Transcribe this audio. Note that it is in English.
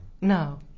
No